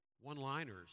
one-liners